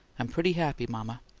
i'm pretty happy, mama!